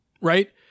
right